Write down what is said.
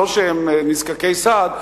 לא שהם נזקקי סעד,